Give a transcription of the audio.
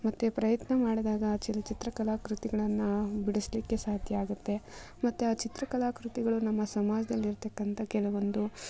ಮತ್ತು ಪ್ರಯತ್ನ ಮಾಡ್ದಾಗ ಚಿತ್ರಕಲಾ ಕೃತಿಗಳನ್ನ ಬಿಡಿಸ್ಲಿಕ್ಕೆ ಸಾಧ್ಯ ಆಗುತ್ತೆ ಮತ್ತು ಆ ಚಿತ್ರಕಲಾ ಕೃತಿಗಳು ನಮ್ಮ ಸಮಾಜದಲ್ಲಿರ್ತಕ್ಕಂಥ ಕೆಲವೊಂದು